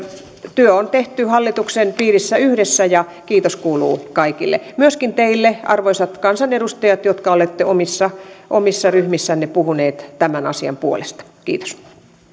työ on tehty hallituksen piirissä yhdessä ja kiitos kuuluu kaikille myöskin teille arvoisat kansanedustajat jotka olette omissa omissa ryhmissänne puhuneet tämän asian puolesta kiitos